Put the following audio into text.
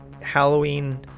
halloween